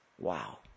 Wow